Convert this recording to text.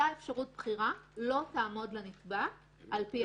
אותה אפשרות בחירה לא תעמוד לנתבע על פי ההצעה.